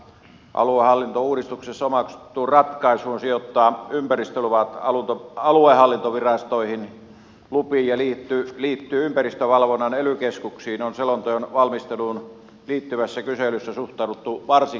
aluehallintouudistuksessa omaksuttuun ratkaisuun sijoittaa ympäristöluvat aluehallintovirastoihin ja lupiin liittyvä ympäristövalvonta ely keskuksiin on selonteon valmisteluun liittyvässä kyselyssä suhtauduttu varsin kriittisesti